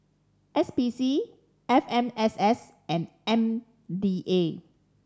S P C F M S S and M D A